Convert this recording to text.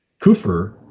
Kufr